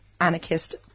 anarchist